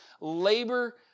labor